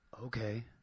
okay